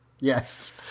Yes